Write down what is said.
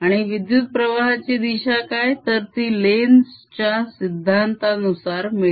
आणि विद्युतप्रवाहाची दिशा काय तर ती लेन्झ च्या सिद्धांतानुसार Lenz's law मिळते